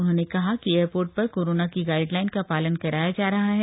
उन्होंने कहा कि एयरपोर्ट पर कोरोना की गाइडलाइन का पालन कराया जा रहा है